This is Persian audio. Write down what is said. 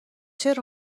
چرا